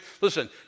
Listen